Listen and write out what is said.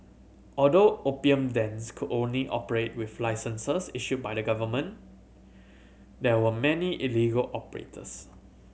although opium dens could only operate with licenses issued by the government there were many illegal operators